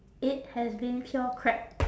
it has been pure crap